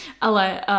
Ale